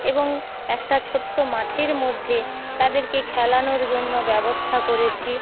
এবং একটা ছোট্ট মাঠের মধ্যে তাদেরকে খেলানোর জন্য ব্যবস্থা করেছি